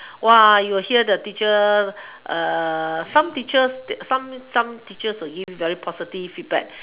you'll hear the teacher some teacher some some teachers will give you very positive feedback